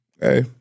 Hey